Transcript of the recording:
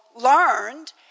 learned